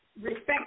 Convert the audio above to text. respect